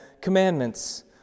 Commandments